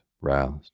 roused